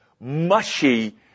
mushy